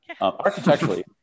Architecturally